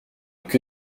que